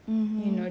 mmhmm